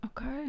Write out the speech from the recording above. Okay